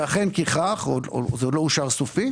אכן כי כך זה עוד לא אושר סופית